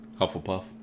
Hufflepuff